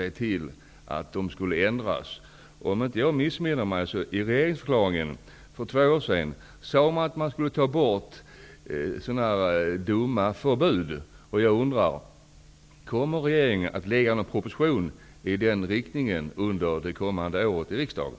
Om jag inte missminner mig sade man i regeringsförklaringen för två år sedan att dumma förbud skulle avskaffas. Kommer regeringen att lägga fram någon proposition i den riktningen i riksdagen under det kommande året?